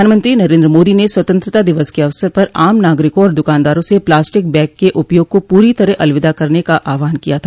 प्रधानमंत्री नरेन्द्र मोदी ने स्वतंत्रता दिवस के अवसर पर आम नागरिकों और द्कानदारों से प्लास्टिक बैग के उपयोग को पूरी तरह अलविदा करने का आहवान किया था